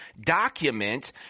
document